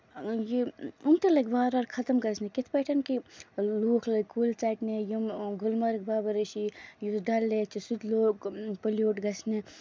یِم تہِ لٔگۍ وارٕ وارٕ خَتٔم گژھنہِ کِتھ پٲٹھۍ کہِ لوٗکھ لٔگۍ کُلۍ ژَٹنہِ یِم گُلمَرٕگ بابا رِشی یُس ڈل لیک یُس سُہ تہِ لوٚگ پٔلیوٗٹ گژھنہِ